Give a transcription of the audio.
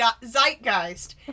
zeitgeist